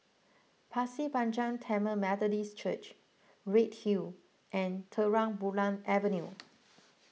Pasir Panjang Tamil Methodist Church Redhill and Terang Bulan Avenue